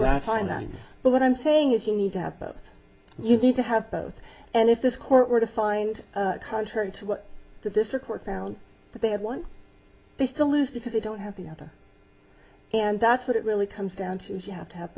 have i find that but what i'm saying is you need to have both you need to have both and if this court were to find contrary to what the district court found that they had won they still lose because they don't have the other and that's what it really comes down to is you have to have